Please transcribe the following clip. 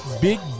big